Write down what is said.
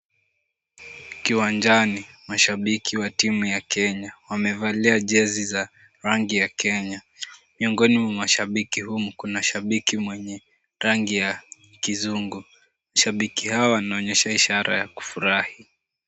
Kiwanjani, mashabiki wa timu ya Kenya wamevalia jezi za rangi ya Kenya. Miongoni mwa mashabiki humu, kuna shabiki mwenye rangi ya kizungu. Shabiki hao wanaonyesha ishara ya kufurahi.